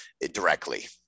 directly